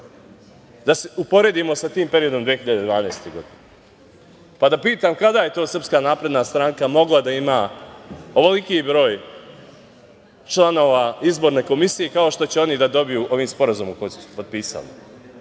da se uporedimo sa tim periodom 2012. godine, pa da pitam - kada je to SNS mogla da ima ovoliki broj članova izborne komisije, kao što će oni da dobiju ovim sporazumom koji su potpisali?